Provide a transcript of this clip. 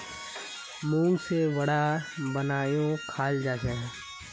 मूंग से वड़ा बनएयों खाल जाछेक